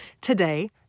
Today